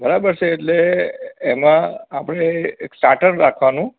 બરાબર છે એટલે એમાં આપણે એક સ્ટાર્ટર રાખવાનું